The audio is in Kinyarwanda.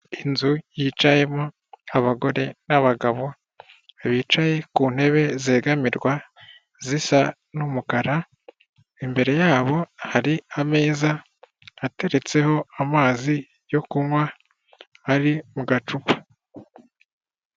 Inzu yicayemo abagore n'abagabo bicaye ku ntebe zegamirwa zisa n'umukara, imbere y'abo hari ameza ateretseho amazi yo kunywa ari mu gacupa.